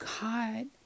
God